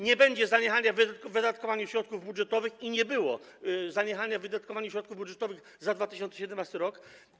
Nie będzie zaniechania wydatkowania środków budżetowych i nie było zaniechania wydatkowania środków budżetowych w 2017 r.